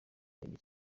arembye